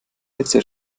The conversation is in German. hitze